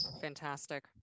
fantastic